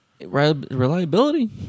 Reliability